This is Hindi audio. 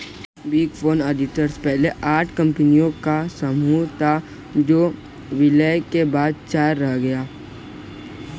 बिग फोर ऑडिटर्स पहले आठ कंपनियों का समूह था जो विलय के बाद चार रह गया